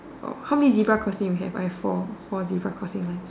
oh how many zebra crossing you have I have four four zebra crossing lines